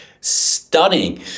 stunning